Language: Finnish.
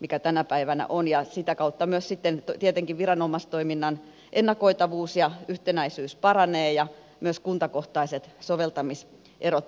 mikä tänä päivänä on ja sitä kautta myös sitten tietenkin viranomaistoiminnan ennakoitavuus ja yhtenäisyys paranevat ja myös kuntakohtaiset soveltamiserot vähenevät